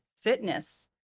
fitness